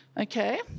Okay